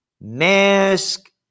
Mask